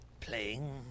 playing